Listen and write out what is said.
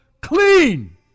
clean